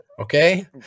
okay